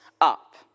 up